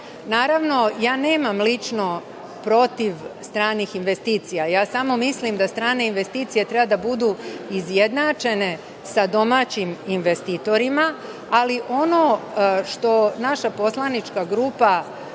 ovde. Naravno, nemam ništa protiv stranih investicija, samo mislim da strane investicije treba da budu izjednačene sa domaćim investitorima. Ali ono što naša poslanička grupa